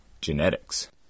genetics